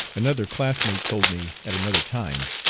another classmate told me, at another time,